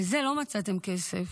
לזה לא מצאתם כסף.